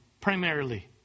primarily